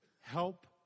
help